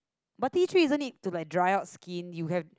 but tea tree isn't it to like dry out skin you have